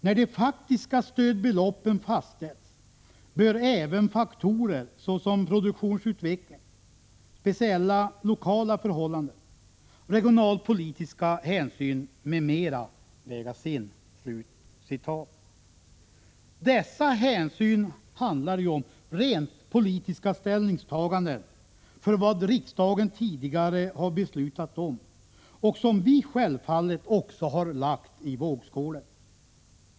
När de faktiska stödbeloppen 3 juni 1986 fastställs bör även faktorer såsom produktionsutveckling, speciella lokala förhållanden, regionalpolitiska hänsyn m.m. vägas in.” TEES Dessa hänsyn handlar ju om rent politiska ställningstaganden för vad dr ror r, m.m. riksdagen tidigare har beslutat om, och som vi självfallet också har lagt i vågskålen.